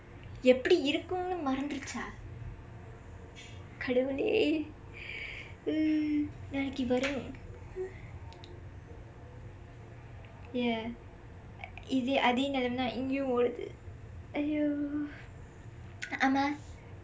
எப்படி இருக்கும் என்றும் மறந்திருச்சா கடவுளே:eppadi irukkum enrum marandthiruchsa kadavulee நாளைக்கு:naalaikku yah இது அதே நிலைமை தான் இங்கையும் ஓடுது:ithu athee nilaimai thaan ingkaiyum ooduthu !aiyo! அம்மா